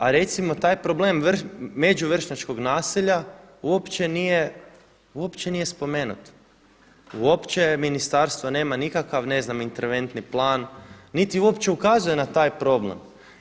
A recimo taj problem među vršnjačkog nasilja uopće nije spomenut, uopće ministarstvo nema nikakav ne znam interventni plan niti uopće ukazuje na taj problem.